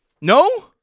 No